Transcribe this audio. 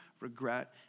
regret